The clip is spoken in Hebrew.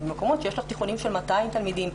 במקומות שיש בהם תיכונים של 200 תלמידים,